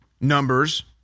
numbers